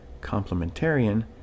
complementarian